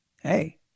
Hey